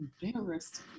embarrassed